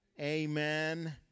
Amen